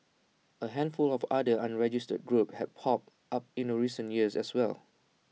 A handful of other unregistered groups have popped up in A recent years as well